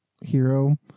hero